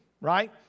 right